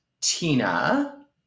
Tina